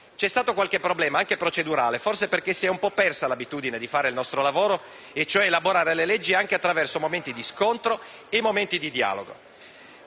C'è stato qualche problema, anche procedurale, forse perché si è un po' persa l'abitudine di fare il nostro lavoro e, cioè, elaborare le leggi anche attraverso momenti di scontro e di dialogo.